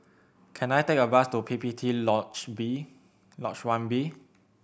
can I take a bus to P P T Lodge B Lodge One B